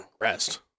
rest